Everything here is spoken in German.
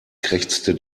krächzte